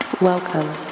Welcome